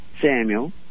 Samuel